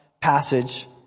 passage